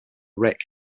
rick